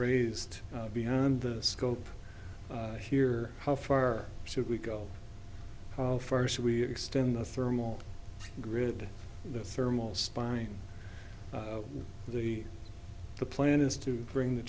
raised beyond the scope here how far should we go how far should we extend the thermal grid the thermal spine the the plan is to bring the